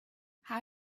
how